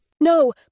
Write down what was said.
No